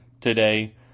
today